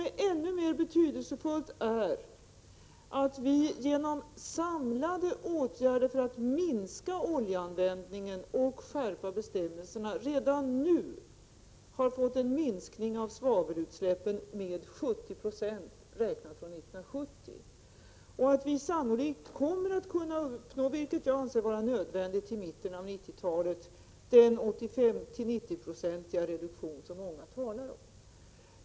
Men ännu mer betydelsefullt är att vi genom samlade åtgärder för att minska oljeanvändningen och skärpa bestämmelserna redan nu har fått en minskning av svavelutsläppen med 70 90 räknat från 1970 och att vi sannolikt till mitten av 1990-talet — vilket jag anser nödvändigt — kommer att kunna uppnå den 85—90-procentiga reduktion som många talar om.